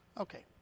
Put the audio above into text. Okay